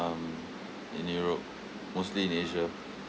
um in europe mostly in asia